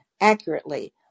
accurately